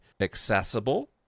accessible